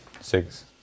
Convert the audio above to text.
Six